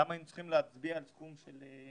למה היינו צריכים להצביע על סכום של,